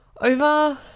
Over